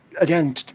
again